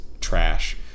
trash